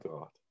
God